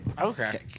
Okay